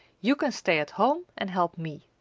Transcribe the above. you can stay at home and help me.